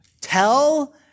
tell